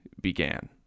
began